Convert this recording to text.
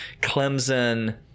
Clemson